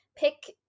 Pick